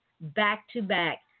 back-to-back